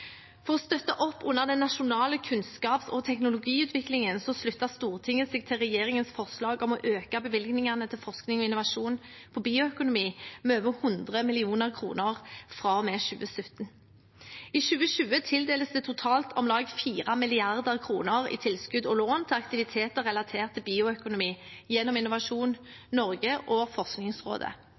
for sektorene. For å støtte opp under den nasjonale kunnskaps- og teknologiutviklingen sluttet Stortinget seg til regjeringens forslag om å øke bevilgningene til forskning på og innovasjon innen bioøkonomi med over 100 mill. kr fra og med 2017. I 2020 tildeles det totalt om lag 4 mrd. kr i tilskudd og lån til aktiviteter relatert til bioøkonomi gjennom Innovasjon Norge og Forskningsrådet.